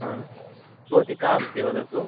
हा भवती का अस्ति वदतु